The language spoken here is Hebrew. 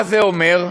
מה זה אומר?